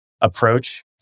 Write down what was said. approach